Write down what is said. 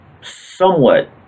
somewhat